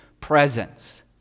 presence